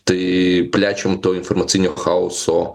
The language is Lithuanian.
tai plečiam to informacinio chaoso